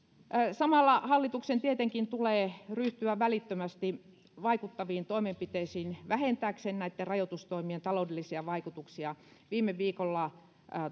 samalla hallituksen tietenkin tulee ryhtyä välittömästi vaikuttaviin toimenpiteisiin vähentääkseen näitten rajoitustoimien taloudellisia vaikutuksia viime viikolla